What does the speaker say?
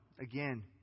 again